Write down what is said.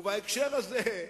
ובהקשר הזה,